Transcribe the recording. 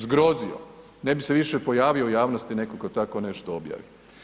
Zgrozio, ne bi se više pojavio u javnosti netko ko tako nešto objavi.